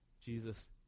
Jesus